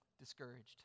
Discouraged